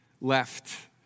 left